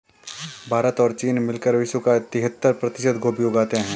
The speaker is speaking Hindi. भारत और चीन मिलकर विश्व का तिहत्तर प्रतिशत गोभी उगाते हैं